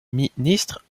ministre